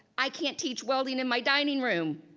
i can't teach welding in my dining room.